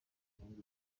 dukomeze